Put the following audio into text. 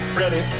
ready